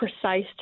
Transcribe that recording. precise